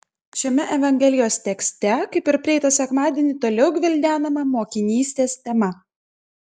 šiame evangelijos tekste kaip ir praeitą sekmadienį toliau gvildenama mokinystės tema